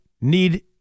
need